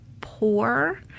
poor